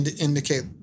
indicate